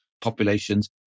populations